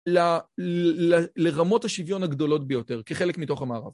לרמות השוויון הגדולות ביותר כחלק מתוך המערב.